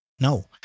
No